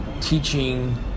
teaching